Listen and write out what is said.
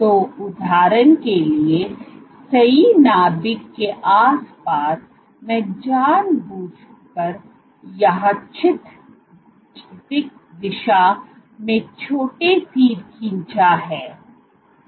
तो उदाहरण के लिए सही नाभिक के आसपास मैं जानबूझकर यादृच्छिक दिशा में छोटे तीर खींचा है